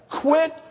Quit